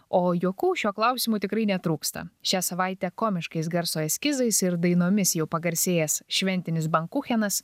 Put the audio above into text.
o juokų šiuo klausimu tikrai netrūksta šią savaitę komiškais garso eskizais ir dainomis jau pagarsėjęs šventinis bankuchenas